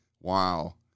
Wow